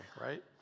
right